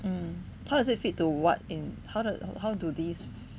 um how does it fit to what in how or how do these